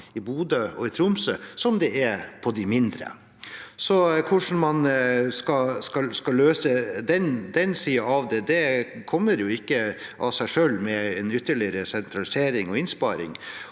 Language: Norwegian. i Bodø og Tromsø, som de er på de mindre. Hvordan man skal løse den siden av det, kommer jo ikke av seg selv, med en ytterligere sentralisering og innsparing.